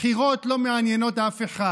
הבחירות לא מעניינות אף אחד.